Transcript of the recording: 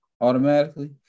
Automatically